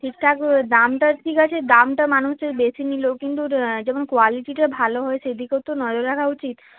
ঠিকঠাকভাবে দামটা ঠিক আছে দামটা মানুষে বেশি নিলেও কিন্তু যেমন কোয়ালিটিটা ভালো হয় সেই দিকেও তো নজর রাখা উচিত